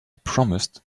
promised